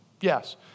Yes